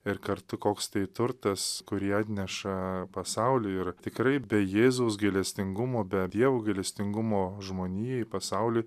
ir kartu koks tai turtas kurį atneša pasauly ir tikrai jėzaus gailestingumo be dievo gailestingumo žmonijai pasauly